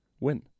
win